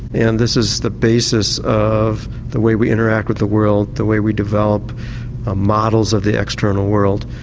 and this is the basis of the way we interact with the world, the way we develop ah models of the external world